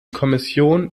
kommission